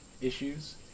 issues